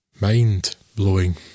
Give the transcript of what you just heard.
Mind-blowing